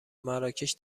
مراکش